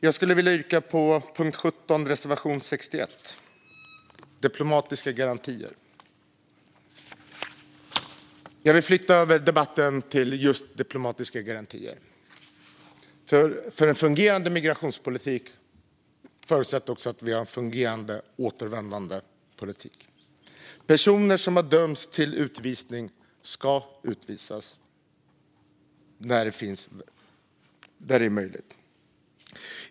Jag skulle vilja yrka bifall till reservation 61, Diplomatiska garantier, under punkt 17. Jag vill fortsätta debatten med att tala om just diplomatiska garantier. En fungerande migrationspolitik förutsätter att vi har en fungerande återvändandepolitik. Personer som har dömts till utvisning ska utvisas när det är möjligt.